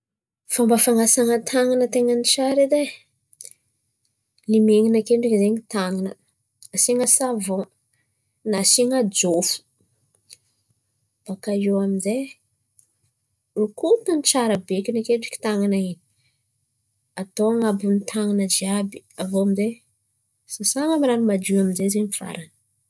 Fomba fan̈asan̈a tàn̈ana ten̈any tsara edy ai, limen̈ina akendriky zen̈y tàn̈ana, asian̈a savan na asian̈a jôfo. Baka eo amin'jay rokotin̈y tsara bekin̈y akendriky tàn̈ana in̈y atao an̈abon'n̈y tàn̈ana jiàby aviô amin'jay sasan̈a amy ny ran̈o madio amin'zay zen̈y farany.